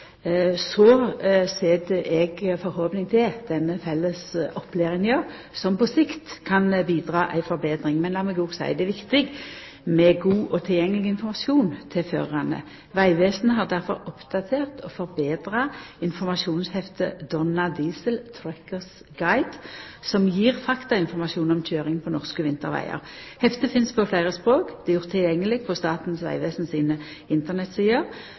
Så har eg forhåpning til denne felles opplæringa som på sikt kan bidra til ei betring. Men lat meg òg seia at det er viktig med god og tilgjengeleg informasjon til førarane. Vegvesenet har difor oppdatert og forbetra informasjonsheftet «Donna Diesel – Trucker's Guide», som gjev faktainformasjon om køyring på norske vintervegar. Heftet finst på fleire språk og er gjort tilgjengeleg på Statens vegvesen sine internettsider.